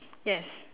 yes